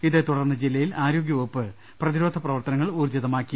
ഇതേതുടർന്ന് ജില്ലയിൽ ആ രോ ഗ്യ വ കുപ്പ് പ്രതിരോധ പ്രവർത്തനങ്ങൾ ഊർജിതമാക്കി